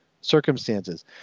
circumstances